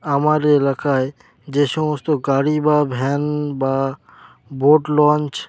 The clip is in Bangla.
আমার এলাকায় যে সমস্ত গাড়ি বা ভ্যান বা বোট লঞ্চ